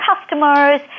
customers